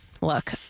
look